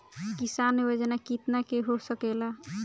किसान योजना कितना के हो सकेला?